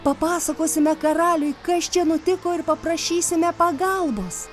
papasakosime karaliui kas čia nutiko ir paprašysime pagalbos